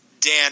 Dan